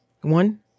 One